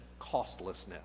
costlessness